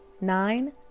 nine